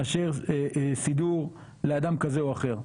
מאשר סידור לאדם כזה או אחר,